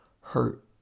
hurt